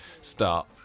start